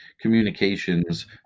communications